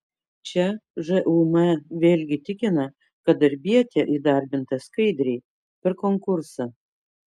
čia žūm vėlgi tikina kad darbietė įdarbinta skaidriai per konkursą